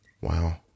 Wow